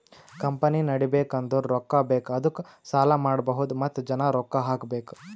company ನಡಿಬೇಕ್ ಅಂದುರ್ ರೊಕ್ಕಾ ಬೇಕ್ ಅದ್ದುಕ ಸಾಲ ಮಾಡ್ಬಹುದ್ ಮತ್ತ ಜನ ರೊಕ್ಕಾ ಹಾಕಬೇಕ್